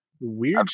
weird